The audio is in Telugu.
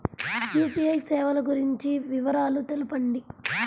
యూ.పీ.ఐ సేవలు గురించి వివరాలు తెలుపండి?